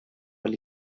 ahal